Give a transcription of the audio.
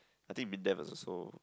I think Mindef is also